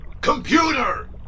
Computer